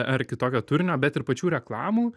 ar kitokio turinio bet ir pačių reklamų